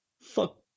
fuck